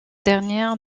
dernière